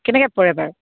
কেনেকৈ পৰে বাৰু